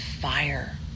fire